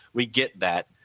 we get that,